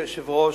אדוני היושב-ראש,